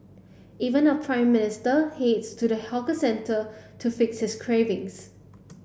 even our Prime Minister heats to the hawker centre to fix his cravings